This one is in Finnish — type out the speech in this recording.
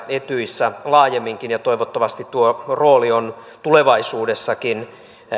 etyjissä laajemminkin ja toivottavasti tuo rooli on tulevaisuudessakin